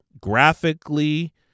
graphically